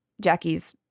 Jackie's